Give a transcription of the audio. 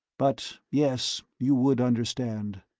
but, yes, you would understand.